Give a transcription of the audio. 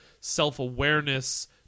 self-awareness